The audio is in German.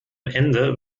ende